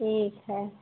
ठीक है